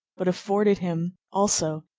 but afforded him, also,